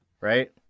Right